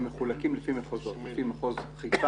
הם מחולקים לפי מחוזות חיפה,